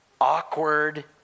Awkward